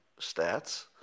stats